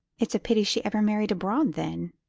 it's a pity she ever married abroad then,